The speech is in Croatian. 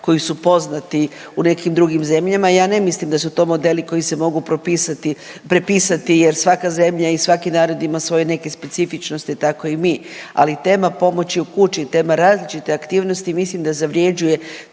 koji su poznati u nekim drugim zemljama, ja ne mislim da su to modeli koji se mogu propisati, prepisati jer svaka zemlja i svaki narod ima svoje neke specifičnosti, tako i mi, ali tema pomoći u kući, tema različite aktivnosti, mislim da zavrjeđuje